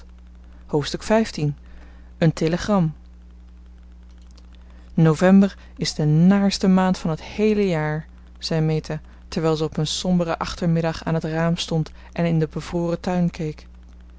hoofdstuk xv een telegram november is de naarste maand van het heele jaar zei meta terwijl ze op een somberen achtermiddag aan het raam stond en in den bevroren tuin keek